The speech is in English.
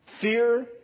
fear